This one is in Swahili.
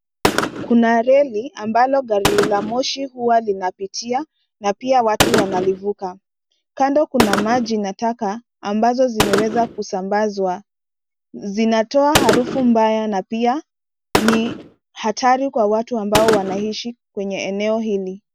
Kuna reli ambalo gari la moshi huwa linapitia na pia watu wanalivuka, kando kuna maji na taka ambazo zimeweza kusambazwa, zinatoaharufu mbaya na pia ni hatari kwa watu ambao wanaishi kwenye eneo hili.